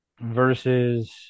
Versus